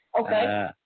okay